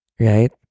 Right